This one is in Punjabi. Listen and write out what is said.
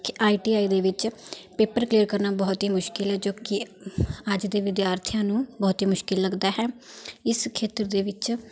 ਆਈ ਟੀ ਆਈ ਦੇ ਵਿੱਚ ਪੇਪਰ ਕਲੀਅਰ ਕਰਨਾ ਬਹੁਤ ਹੀ ਮੁਸ਼ਕਿਲ ਹੈ ਜੋ ਕਿ ਅੱਜ ਦੇ ਵਿਦਿਆਰਥੀਆਂ ਨੂੰ ਬਹੁਤ ਹੀ ਮੁਸ਼ਕਿਲ ਲੱਗਦਾ ਹੈ ਇਸ ਖੇਤਰ ਦੇ ਵਿੱਚ